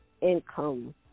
income